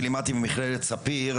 כשלימדתי במכללת ספיר,